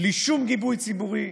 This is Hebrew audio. בלי שום גיבוי ציבורי,